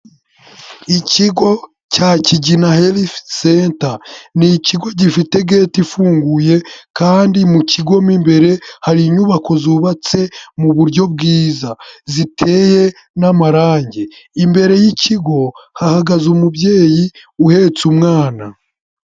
Ikigo cya Kigina herifu senta, ni ikigo gifite geti ifunguye kandi mu kigo mo imbere hari inyubako zubatse mu buryo bwiza, ziteye n'amarangi. Imbere y'ikigo hahagaze umubyeyi uhetse umwana.